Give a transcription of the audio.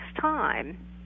time